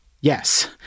Yes